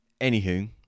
anywho